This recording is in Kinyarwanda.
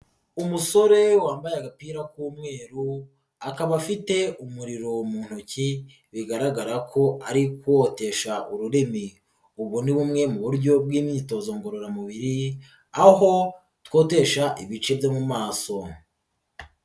Umusore wambaye agapira k'umweru akaba afite umuriro mu ntoki bigaragara ko ari kuwotesha ururimi, ubu ni bumwe mu buryo bw'imyitozo ngororamubiri aho twotesha ibice byo mu maso.